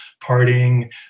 partying